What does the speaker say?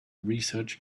research